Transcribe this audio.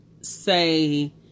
say